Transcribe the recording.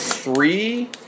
three